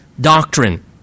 doctrine